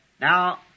Now